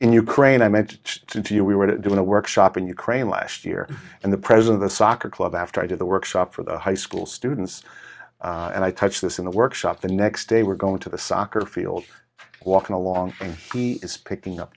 in ukraine i meant to you we were doing a workshop in ukraine last year and the president the soccer club after i did the workshop for the high school students and i touch this in the workshop the next day we're going to the soccer field walking along and he is picking up